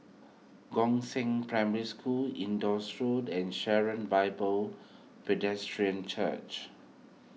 Gongshang Primary School Indus Road and Sharon Bible Church